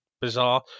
bizarre